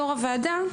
יו"ר הוועדה,